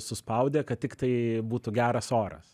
suspaudę kad tiktai būtų geras oras